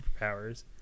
superpowers